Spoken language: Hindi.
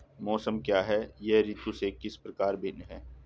मौसम क्या है यह ऋतु से किस प्रकार भिन्न है?